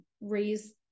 raise